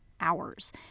hours